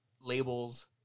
labels